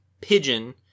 pigeon